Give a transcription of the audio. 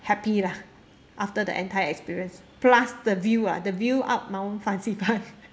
happy lah after the entire experience plus the view lah the view up mount fansipan